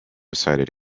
sighted